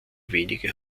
wenige